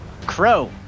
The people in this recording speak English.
Crow